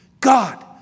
God